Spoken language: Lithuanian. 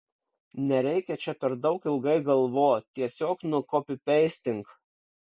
nereikia čia per daug ilgai galvot tiesiog nukopipeistink